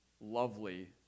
lovely